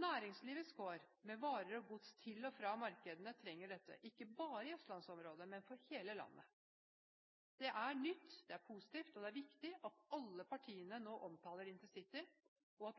Næringslivet – med varer og gods til og fra markedene – trenger dette, ikke bare i østlandsområdet, men i hele landet. Det er nytt, det er positivt, og det er viktig at alle partiene nå omtaler intercity og